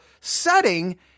setting